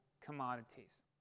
commodities